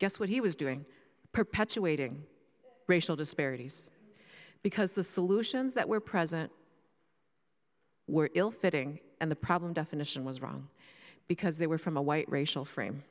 guess what he was doing perpetuating racial disparities because the solutions that were present were ill fitting and the problem definition was wrong because they were from a white racial frame